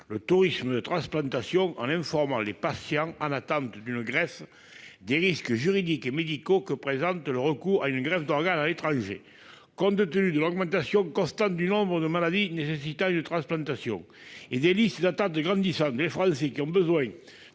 le tourisme de transplantation, en informant les patients en attente d'une greffe des risques juridiques et médicaux que présente le recours à une greffe d'organe à l'étranger. Compte tenu de l'augmentation constante du nombre de maladies nécessitant une transplantation et des listes d'attente grandissantes, les Français qui ont besoin